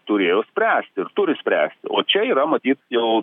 turėjo spręsti ir turi spręsti o čia yra matyt jau